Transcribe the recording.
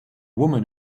woman